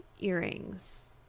earrings